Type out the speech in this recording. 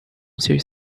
seus